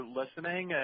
listening